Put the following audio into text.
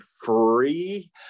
free